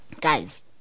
Guys